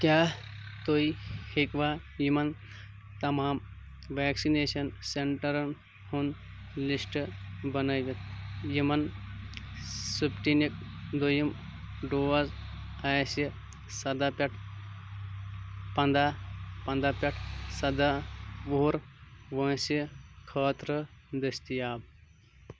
کیٛاہ تُہۍ ہیٚکوا یِمَن تمام ویکسِنیشن سینٹرن ہُنٛد لسٹ بنٲوِتھ یِمن سٕپُٹنِک دٔیُم ڈوز آسہِ سَداہ پٮ۪ٹھ پنداہ پنداہ پٮ۪ٹھ سَداہ وُہُر وٲنٛسہِ خٲطرٕ دٔستِیاب